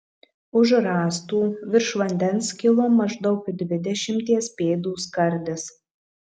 už rąstų virš vandens kilo maždaug dvidešimties pėdų skardis